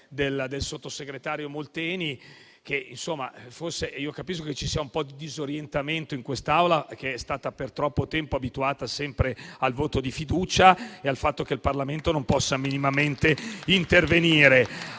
del sottosegretario Molteni. Capisco che ci sia un po' di disorientamento in quest'Aula che per troppo tempo è stata abituata sempre al voto di fiducia e al fatto che il Parlamento non possa minimamente intervenire.